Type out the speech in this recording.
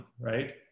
right